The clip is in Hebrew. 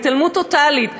התעלמות טוטלית מהמציאות,